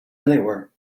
anywhere